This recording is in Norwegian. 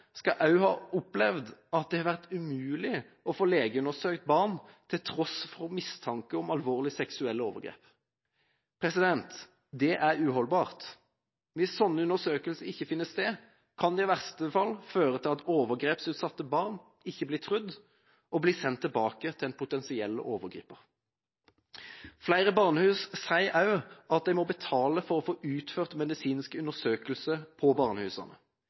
skal også ha opplevd at det har vært umulig å få legeundersøkt barn til tross for mistanke om alvorlige seksuelle overgrep. Det er uholdbart! Hvis slike undersøkelser ikke finner sted, kan det i verste fall føre til at overgrepsutsatte barn ikke blir trodd og blir sendt tilbake til en potensiell overgriper. Flere barnehus sier også at de må betale for å få utført medisinske undersøkelser på barnehusene.